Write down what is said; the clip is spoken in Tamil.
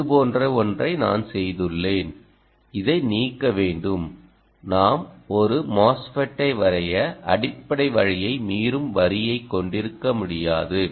இது போன்ற ஒன்றை நான் செய்துள்ளேன் இதை நீக்க வேண்டும்நாம் ஒரு மோஸ்ஃபெட்டை வரைய அடிப்படை வழியை மீறும் வரியை கொண்டிருக்க முடியாது